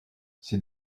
ses